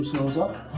those up.